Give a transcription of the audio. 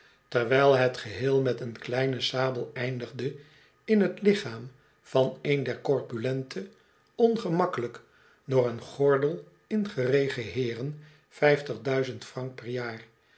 terwijl het geheel met een kleine sabel eindigde in t lichaam van een der corpulente ongemakkelijk door een gordel ingeregen heeren vijftig duizend frank per jaar